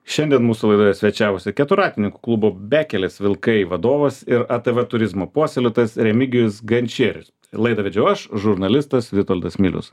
šiandien mūsų laidoje svečiavosi keturratininkų klubo bekelės vilkai vadovas ir atv turizmo puoselėtas remigijus gančierius laidą vedžiau aš žurnalistas vitoldas milius